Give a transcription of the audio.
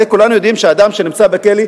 הרי כולנו יודעים שאדם שנמצא בכלא,